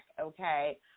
okay